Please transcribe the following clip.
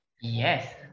Yes